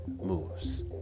moves